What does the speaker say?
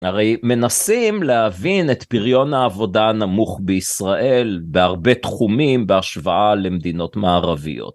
הרי מנסים להבין את פריון העבודה הנמוך בישראל בהרבה תחומים בהשוואה למדינות מערביות.